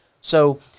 So-